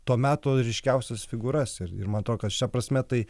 to meto ryškiausias figūras ir ir man atrodo kad šia prasme tai